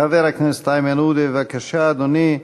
חבר הכנסת איימן עודה, בבקשה, אדוני.